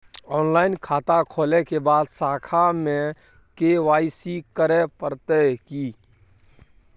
Online खाता खोलै के बाद शाखा में के.वाई.सी करे परतै की?